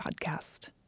Podcast